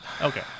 Okay